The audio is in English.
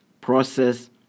process